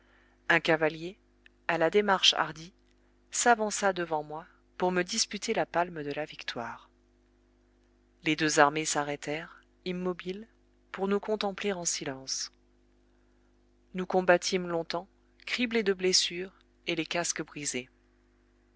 un cavalier à la démarche hardie s'avança devant moi pour me disputer la palme de la victoire les deux armées s'arrêtèrent immobiles pour nous contempler en silence nous combattîmes longtemps criblés de blessures et les casques brisés